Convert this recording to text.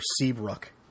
Seabrook